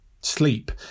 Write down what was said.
Sleep